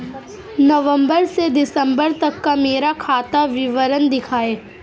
नवंबर से दिसंबर तक का मेरा खाता विवरण दिखाएं?